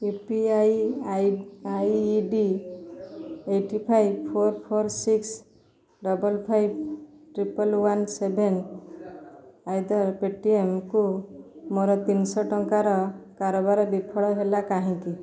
you P I ID eight five four four six double five triple one seven eight the rate ପେଟିଏମକୁ ମୋର ତିନିଶହ ଟଙ୍କାର କାରବାର ବିଫଳ ହେଲା କାହିଁକି